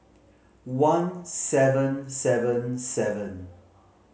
one seven seven seven